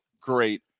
Great